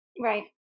Right